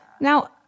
Now